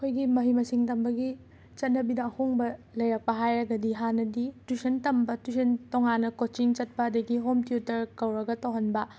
ꯑꯩꯈꯣꯏꯒꯤ ꯃꯍꯩ ꯃꯁꯤꯡ ꯇꯝꯕꯒꯤ ꯆꯠꯅꯕꯤꯗ ꯑꯍꯣꯡꯕ ꯂꯩꯔꯛꯄ ꯍꯥꯏꯔꯒꯗꯤ ꯍꯥꯟꯅꯗꯤ ꯇꯨꯏꯁꯟ ꯇꯝꯕ ꯇꯨꯏꯁꯟ ꯇꯣꯡꯉꯥꯟꯅ ꯀꯣꯆꯤꯡ ꯆꯠꯄ ꯑꯗꯒꯤ ꯍꯣꯝ ꯇ꯭ꯌꯨꯇꯔ ꯀꯧꯔꯒ ꯇꯧꯍꯟꯕ